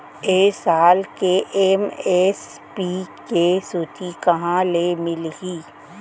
ए साल के एम.एस.पी के सूची कहाँ ले मिलही?